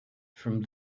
from